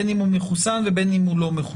בין אם הוא מחוסן ובין אם הוא לא מחוסן.